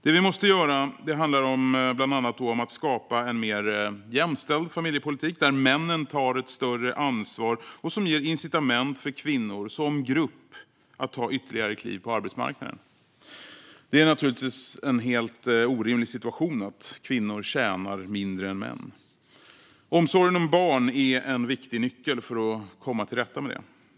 Det vi måste göra handlar bland annat om att skapa en mer jämställd familjepolitik där männen tar ett större ansvar och som ger incitament för kvinnor som grupp att ta ytterligare kliv på arbetsmarknaden. Det är naturligtvis en helt orimlig situation att kvinnor tjänar mindre än män. Omsorgen om barn är en viktig nyckel för att komma till rätta med detta.